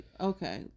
okay